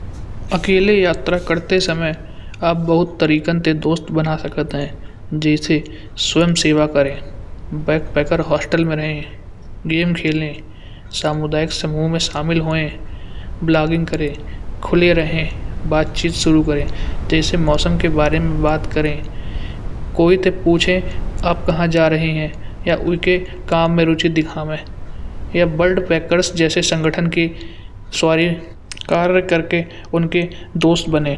अकेले यात्रा करते समय आप बहुत तरीके से दोस्त बना सकता है। जैसे स्वंयसेवा करें बैक पैकर हॉस्टल में रहे गेम खेलने सामुदायिक समूह में शामिल हुए ब्लॉगिंग करें खुले रहे बातचीत शुरू करें। जैसे मौसम के बारे में बात करें कोई तो पूछे आप कहाँ जा रहे हैं या उनके काम में रुचि दिखावे या ब्लड पैकर्स जैसे संगठन के शौर्य कार्य करके उनके दोस्त बने।